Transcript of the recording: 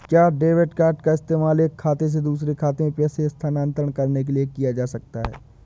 क्या debit card का इस्तेमाल एक खाते से दूसरे खाते में पैसे स्थानांतरण करने के लिए किया जा सकता है?